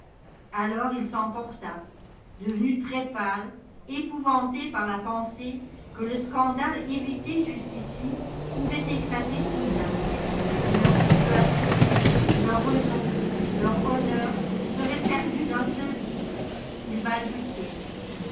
alors il s'emporta devenu très pâle épouvanté par la pensée que le scandale évité jusqu'ici pouvait éclater soudain que leur situation leur renom leur honneur seraient perdus d'un seul coup il balbutiait